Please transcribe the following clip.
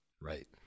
Right